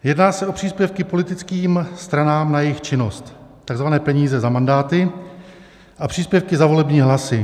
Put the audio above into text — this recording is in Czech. Jedná se o příspěvky politickým stranám na jejich činnost, tzv. peníze za mandáty a příspěvky za volební hlasy.